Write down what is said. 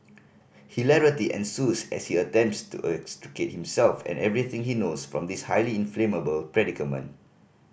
hilarity ensues as he attempts to extricate himself and everything he knows from this highly inflammable predicament